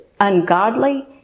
ungodly